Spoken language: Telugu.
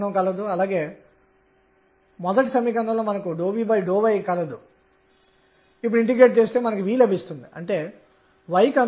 కాబట్టి ఇది 2 d సందర్భంలో మనం పొందిన అదే వ్యక్తీకరణ